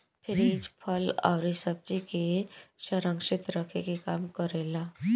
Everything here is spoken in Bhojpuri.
फ्रिज फल अउरी सब्जी के संरक्षित रखे के काम करेला